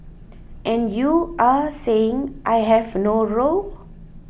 and you are saying I have no role